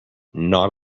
gnawed